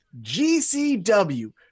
GCW